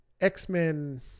X-Men